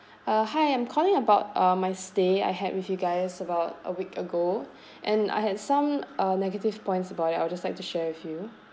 uh hi I'm calling about uh my stay I had with you guys about a week ago and I had some uh negative points about it I'll just like to share with you